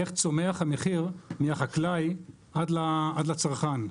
איך צומח המחיר מהחקלאי עד לצרכן,